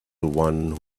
one